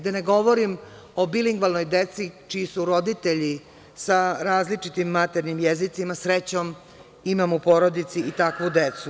Da ne govorim o bilingvalnoj deci čiji su roditelji sa različitim maternjim jezicima, srećom, imam u porodici i takvu decu.